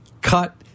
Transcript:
Cut